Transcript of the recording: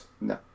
no